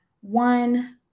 one